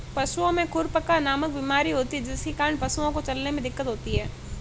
पशुओं में खुरपका नामक बीमारी होती है जिसके कारण पशुओं को चलने में दिक्कत होती है